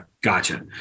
gotcha